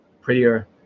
prettier